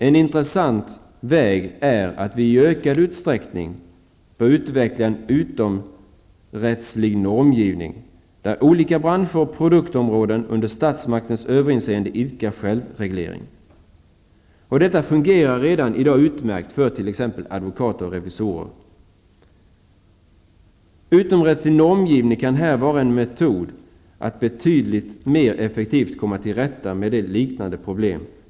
En intressant väg är att i ökad utsträckning utveckla en utomrättslig normgivning, där olika branscher och produktområden under statsmaktens överinseende idkar självreglering. Det fungerar redan i dag utmärkt för t.ex. advokater och revisorer. Utomrättslig normgivning kan vara en metod att betydligt mer effektivt komma till rätta med ett liknande problem.